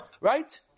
Right